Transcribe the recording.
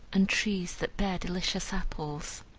and trees that bear delicious apples.